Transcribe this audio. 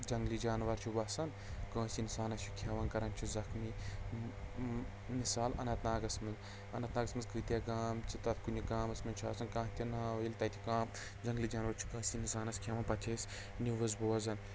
جنٛگلی جانوَر چھُ وَسان کٲنٛسہِ اِنسانَس چھُ کھٮ۪وان کَران چھُس زخمی مِثال اننت ناگَس منٛز اننت ناگَس منٛز کۭتیٛاہ گام چھِ تَتھ کُنہِ گامَس منٛز چھُ آسان کانٛہہ تہِ ناو ییٚلہِ تَتہِ کانٛہہ جنٛگلی جانوَر چھُ کٲنٛسہِ اِنسانَن کھٮ۪وان پَتہٕ چھِ أسۍ نِوٕز بوزان